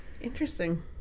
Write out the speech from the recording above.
interesting